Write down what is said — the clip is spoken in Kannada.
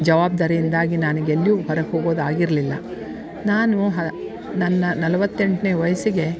ಜವಾಬ್ದಾರಿಯಿಂದಾಗಿ ನನ್ಗೆ ಎಲ್ಲೂ ಹೊರಗೆ ಹೋಗೋದು ಆಗಿರಲಿಲ್ಲ ನಾನು ಹ ನನ್ನ ನಲವತ್ತೆಂಟನೇ ವಯಸ್ಸಿಗೆ